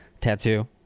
tattoo